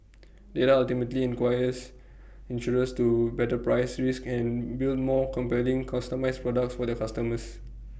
data ultimately inquires insurers to better price risk and build more compelling customised products for their customers